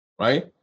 Right